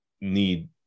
need